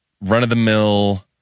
run-of-the-mill